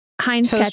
Heinz